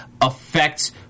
affects